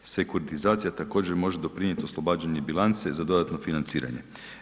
Sekuritizacija također može doprinijeti oslobađanje bilance za dodatno financiranje.